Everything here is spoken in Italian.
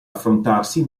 affrontarsi